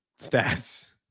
stats